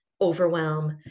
overwhelm